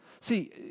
See